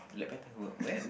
Black Panther wh~ when